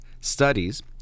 studies